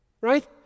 right